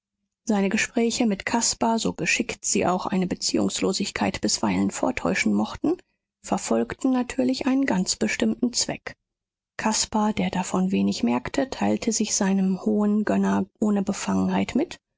seine gespräche mit caspar so geschickt sie auch eine beziehungslosigkeit bisweilen vortäuschen mochten verfolgten natürlich einen ganz bestimmten zweck caspar der davon wenig merkte teilte sich seinem hohen gönner ohne befangenheit mit